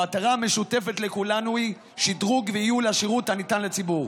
המטרה המשותפת לכולנו היא שדרוג וייעול השירות הניתן לציבור.